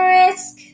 risk